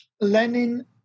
Lenin